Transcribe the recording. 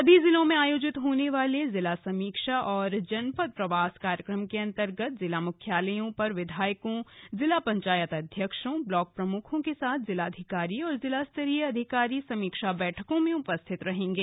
सभी जिलों में आयोजित होने वाले जिला समीक्षा और जनपद प्रवास कार्यक्रम के अन्तर्गत जिला मुख्यालयों पर विधायकों जिला पंचायत अध्यक्षों ब्लॉक प्रमुखों के साथ जिलाधिकारी और जिलास्तरीय अधिकारी समीक्षा बैठकों में उपस्थित रहेंगे